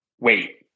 wait